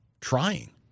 trying